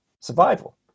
survival